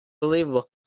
believable